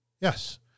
Yes